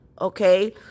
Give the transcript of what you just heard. okay